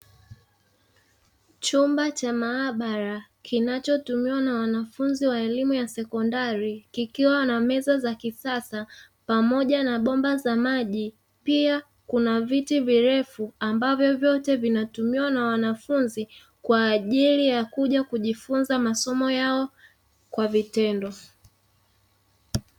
Chumba cha maabara kinachotumiwa na wanafunzi wa elimu ya sekondari, kikiwa na meza za kisasa pamoja na bomba za maji pia kuna viti vilefu ambavyo vyote vinatumiwa na wanafunzi kwaajili ya kuja kujifunza masomo yao kwa vitendo.